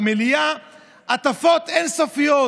המליאה הטפות אין-סופיות,